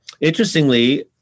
interestingly